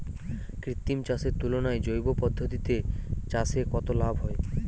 কৃত্রিম চাষের তুলনায় জৈব পদ্ধতিতে চাষে কত লাভ হয়?